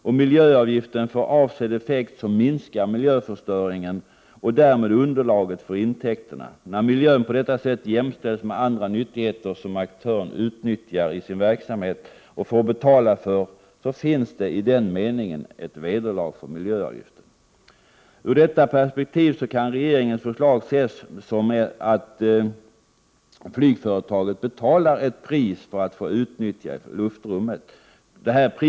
Om miljöavgiften får avsedd effekt minskar miljöförstöringen och därmed underlaget för intäkterna. När miljön på detta sätt jämställs med andra nyttigheter som aktören utnyttjar i sin verksamhet och får betala för, finns i den meningen ett vederlag för miljöavgiften. Ur detta perspektiv kan regeringens förslag ses som att flygföretagen betalar ett pris för att få utnyttja luftrummet. Prissystemet bör vara så Prot.